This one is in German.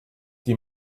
die